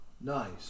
Nice